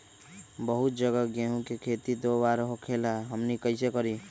बहुत जगह गेंहू के खेती दो बार होखेला हमनी कैसे करी?